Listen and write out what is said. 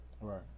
Right